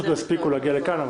פשוט לא הספיקו להגיע לכאן.